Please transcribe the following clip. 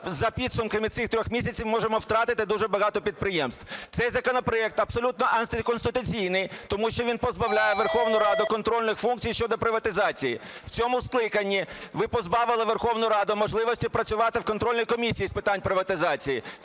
за підсумкам цих 3 місяців можемо втратити дуже багато підприємств. Цей законопроект абсолютно антиконституційний, тому що він позбавляє Верховну Ралу контрольних функцій щодо приватизації. В цьому скликанні ви позбавили Верховну Раду можливості працювати в контрольній комісії з питань приватизації.